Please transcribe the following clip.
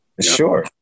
Sure